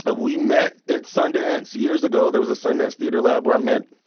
but we met at sundance years ago. there was a sundance theatre lab where i met